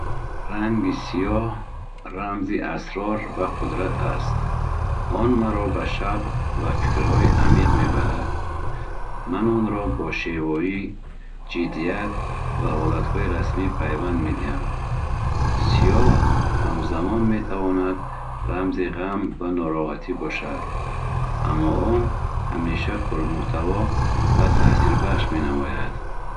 Ранги сиёҳ рамзи асрор ва қудрат аст. Он маро ба шаб ва фикрҳои амиқ мебарад. Ман онро бо шевоӣ, ҷиддият ва ҳолатҳои расмӣ пайванд медиҳам. Сиёҳ ҳамзамон метавонад рамзи ғам ва нороҳатӣ бошад. Аммо он ҳамеша пурмуҳтаво ва таъсирбахш менамояд.